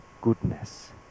goodness